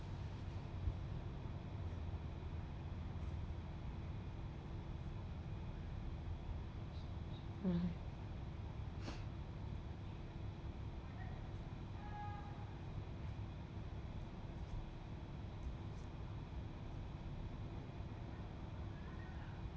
mm